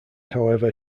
however